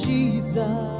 Jesus